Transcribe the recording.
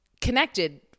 connected